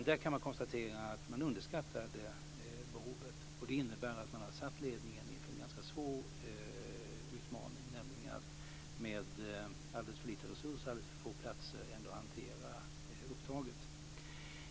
Där kan man konstatera att man underskattade behovet, och det innebär att man har satt ledningen inför en ganska svår utmaning, nämligen att med alldeles för lite resurser och alldeles för få platser ändå hantera uppdraget.